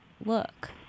look